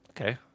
Okay